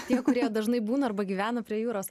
tie kurie dažnai būna arba gyvena prie jūros